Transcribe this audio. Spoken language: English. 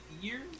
years